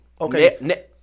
Okay